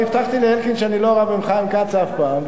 אני הבטחתי לאלקין שאני לא רב עם חיים כץ אף פעם,